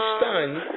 stunned